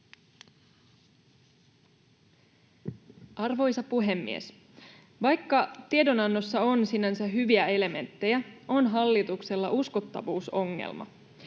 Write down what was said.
Arvoisa puhemies! Vaikka tiedonannossa on sinänsä hyviä elementtejä, on hallituksella uskottavuusongelma.